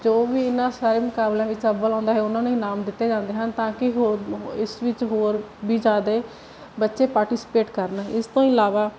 ਜੋ ਵੀ ਇਹਨਾਂ ਸਾਰੇ ਮੁਕਾਬਲਿਆਂ ਵਿੱਚ ਅੱਵਲ ਆਉਂਦਾ ਹੈ ਉਹਨਾਂ ਨੂੰ ਇਨਾਮ ਦਿੱਤੇ ਜਾਂਦੇ ਹਨ ਤਾਂ ਕਿ ਹੋਰ ਇਸ ਵਿੱਚ ਹੋਰ ਵੀ ਜ਼ਿਆਦੇ ਬੱਚੇ ਪਾਰਟੀਸਪੇਟ ਕਰਨ ਇਸ ਤੋਂ ਇਲਾਵਾ